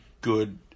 good